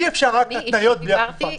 אי אפשר רק התניות בלי אכיפה.